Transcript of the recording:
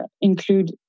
include